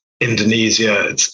Indonesia